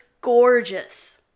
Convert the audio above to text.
gorgeous